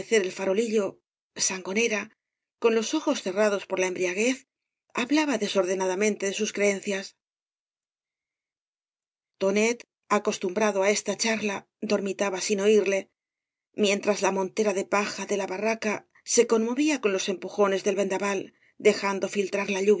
el farolillo sangonera con los ojos cerrados por la embriaguez hablaba desordenadamente de sus creencias tonet acostumbrado á esta charla dormitaba sin oírle mientras la montera de paja de la ba rraca se conmovía con los empujones del vendaval dejando filtrar la